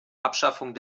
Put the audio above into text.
abschaffung